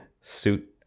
suit